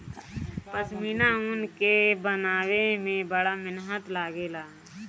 पश्मीना ऊन के बनावे में बड़ा मेहनत लागेला